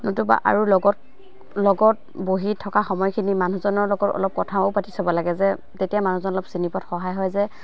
নতুবা আৰু লগত লগত বহি থকা সময়খিনি মানুহজনৰ লগত অলপ কথাও পাতি চাব লাগে যে তেতিয়া মানুহজন অলপ চিনি পোৱাত সহায় হয় যে